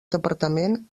departament